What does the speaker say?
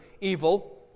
evil